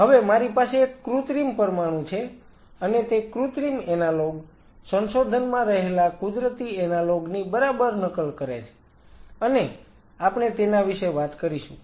હવે મારી પાસે એક કૃત્રિમ પરમાણુ છે અને તે કૃત્રિમ એનાલોગ સંશોધનમાં રહેલા કુદરતી એનાલોગ ની બરાબર નકલ કરે છે અને આપણે તેના વિશે વાત કરીશું